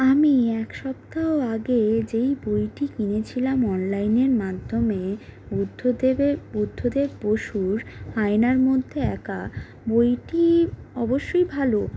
আমি এক সপ্তাহ আগে যে বইটি কিনেছিলাম অনলাইনের মাধ্যমে বুদ্ধদেবের বুদ্ধদেব বসুর আয়নার মধ্যে একা বইটি অবশ্যই ভালো